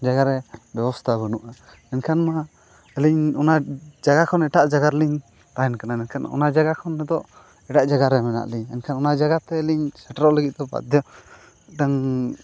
ᱡᱟᱭᱜᱟ ᱨᱮ ᱵᱮᱵᱚᱥᱛᱷᱟ ᱵᱟᱹᱱᱩᱜᱼᱟ ᱮᱱᱠᱷᱟᱱ ᱢᱟ ᱟᱹᱞᱤᱧ ᱚᱱᱟ ᱡᱟᱭᱜᱟ ᱠᱷᱚᱱ ᱮᱴᱟᱜ ᱡᱟᱭᱜᱟ ᱨᱮᱞᱤᱧ ᱛᱟᱦᱮᱱ ᱠᱟᱱᱟ ᱢᱮᱱᱠᱷᱟᱱ ᱚᱱᱟ ᱡᱟᱭᱜᱟ ᱠᱷᱚᱱ ᱱᱤᱛᱚᱜ ᱮᱴᱟᱜ ᱡᱟᱭᱜᱟᱨᱮ ᱢᱮᱱᱟᱜ ᱞᱤᱧᱟᱹ ᱮᱱᱠᱷᱟᱱ ᱚᱱᱟ ᱡᱟᱭᱜᱟ ᱛᱮᱞᱤᱧ ᱥᱮᱴᱮᱨᱚᱜ ᱞᱟᱹᱜᱤᱫᱼᱛᱮ ᱵᱟᱫᱽᱫᱷᱚ ᱢᱤᱫᱴᱮᱱ